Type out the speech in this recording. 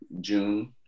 june